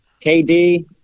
KD